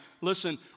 listen